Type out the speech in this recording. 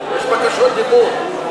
יש בקשות דיבור.